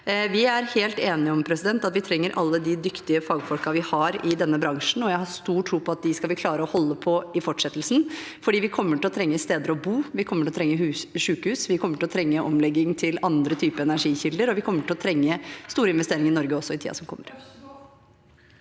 Vi er helt enige om at vi trenger alle de dyktige fagfolkene vi har i denne bransjen. Jeg har stor tro på at dem skal vi klare å holde på i fortsettelsen, for vi kommer til å trenge steder å bo, vi kommer til å trenge sykehus, vi kommer til å trenge omlegging til andre typer energikilder, og vi kommer til å trenge store investeringer i Norge også i tiden som kommer.